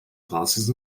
classes